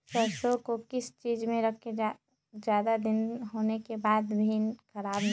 सरसो को किस चीज में रखे की ज्यादा दिन होने के बाद भी ख़राब ना हो?